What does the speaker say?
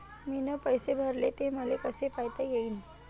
मीन पैसे भरले, ते मले कसे पायता येईन?